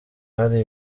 hari